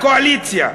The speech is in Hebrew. חברי הקואליציה,